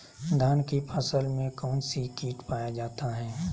धान की फसल में कौन सी किट पाया जाता है?